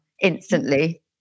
instantly